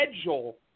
schedule